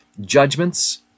judgments